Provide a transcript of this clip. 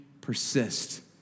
persist